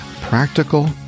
practical